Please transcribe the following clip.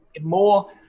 more